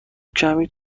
کمی